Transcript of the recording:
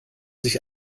sich